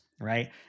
right